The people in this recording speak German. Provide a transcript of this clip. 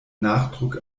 nachdruck